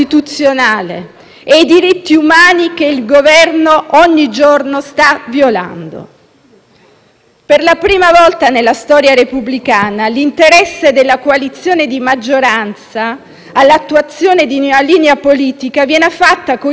Per la prima volta nella storia repubblicana l'interesse della coalizione di maggioranza all'attuazione di una linea politica viene fatta coincidere con il preminente interesse pubblico, cioè con una ragione di Stato o di Governo